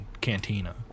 cantina